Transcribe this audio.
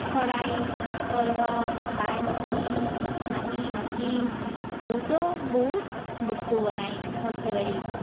শৰাই কলহ বান বাটি কাঁহী বাটি বহুতো বহুত বস্তু বনায় সৰ্থেবাৰীত